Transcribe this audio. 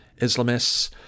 Islamists